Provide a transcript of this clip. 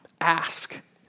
ask